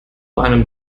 einem